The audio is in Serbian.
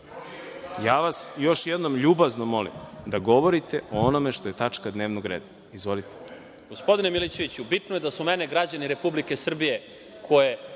Ja vas još jednom ljubazno molim da govorite o onome što je tačka dnevnog reda. Izvolite.